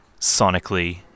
Sonically